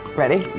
ready?